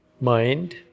mind